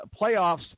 playoffs